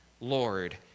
Lord